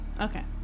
Okay